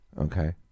okay